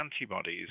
antibodies